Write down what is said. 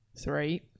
Three